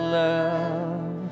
love